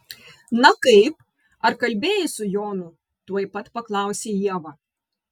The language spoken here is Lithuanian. na kaip ar kalbėjai su jonu tuoj pat paklausė ieva